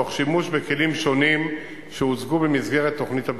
תוך שימוש בכלים שונים שהוצגו במסגרת תוכנית הבטיחות.